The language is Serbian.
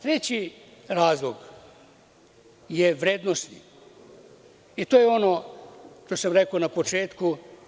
Treći razlog je vrednosni i to je ono što sam rekao na početku.